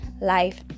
life